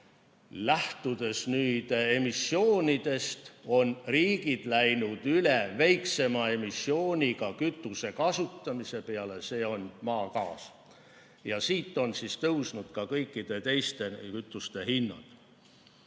Lähtudes emissioonidest, on riigid läinud üle väiksema emissiooniga kütuse kasutamisele, see on maagaas. Siit on tõusnud ka kõikide teiste kütuste hinnad.